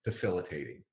facilitating